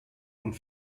und